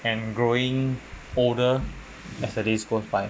and growing older as the day goes by